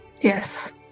Yes